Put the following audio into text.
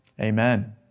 Amen